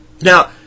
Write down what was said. Now